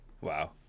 Wow